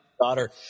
daughter